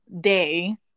day